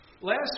Last